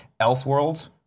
Elseworlds